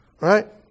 Right